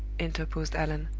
interposed allan.